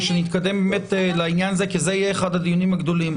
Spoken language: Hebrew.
כי זה יהיה אחד הדיונים הגדולים,